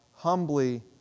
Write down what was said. humbly